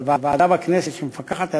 אבל ועדה בכנסת שמפקחת עליה,